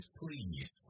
please